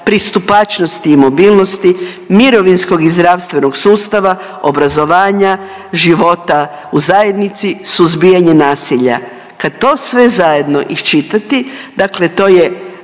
pristupačnosti i mobilnosti, mirovinskog i zdravstvenog sustava, obrazovanja, života u zajednici, suzbijanja nasilja kad to sve zajedno iščitati dakle to je